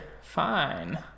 fine